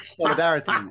Solidarity